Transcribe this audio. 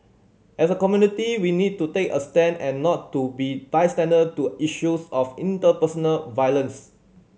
as a community we need to take a stand and not to be bystander to issues of interpersonal violence